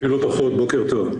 בוקר טוב.